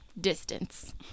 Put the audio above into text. distance